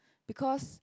because